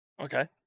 Okay